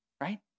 right